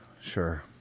Sure